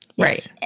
Right